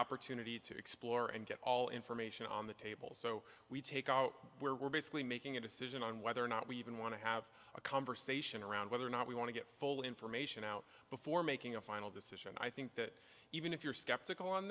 opportunity to explore and get all information on the table so we take out where we're basically making a decision on whether or not we even want to have a conversation around whether or not we want to get full information out before making a final decision i think that even if you're skeptical on